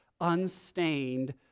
unstained